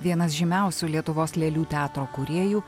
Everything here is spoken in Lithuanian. vienas žymiausių lietuvos lėlių teatro kūrėjų